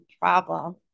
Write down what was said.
problem